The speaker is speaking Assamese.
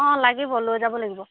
অঁ লাগিব লৈ যাব লাগিব